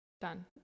done